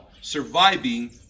surviving